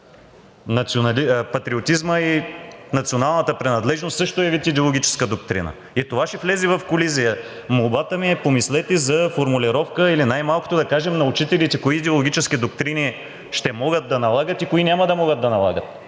Патриотизмът и националната принадлежност също са вид идеологическа доктрина и това ще влезе в колизия. Молбата ми е – помислете за формулировка или най-малкото да кажем на учителите кои идеологически доктрини ще могат да налагат и кои няма да могат да налагат,